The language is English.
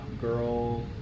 girl